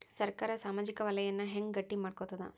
ಸರ್ಕಾರಾ ಸಾಮಾಜಿಕ ವಲಯನ್ನ ಹೆಂಗ್ ಗಟ್ಟಿ ಮಾಡ್ಕೋತದ?